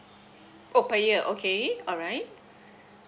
oh per year okay alright